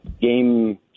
Game